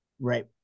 Right